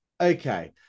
okay